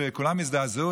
כולם הזדעזעו.